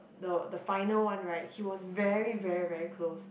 the the final one right he was very very very close